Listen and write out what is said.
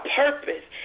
purpose